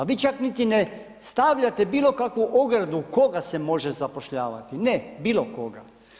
Vi čak niti ne stavljate bilo kakvu ogradu koga se može zapošljavati, ne, bilo koga.